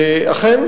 אכן,